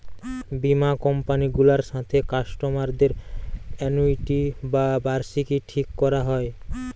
বীমা কোম্পানি গুলার সাথে কাস্টমারদের অ্যানুইটি বা বার্ষিকী ঠিক কোরা হয়